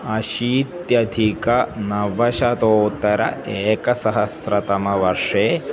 अशीत्यधिकनवशतोत्तरैकसहस्रतमे वर्षे